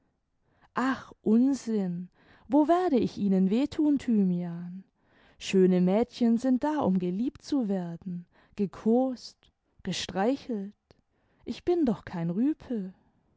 ach unsinn wo werde ich ihnen weh tim thymian schöne mädchen sind da imi geliebt zu werden gekost gestreichelt ich bin doch kein